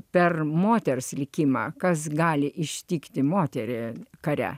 per moters likimą kas gali ištikti moterį kare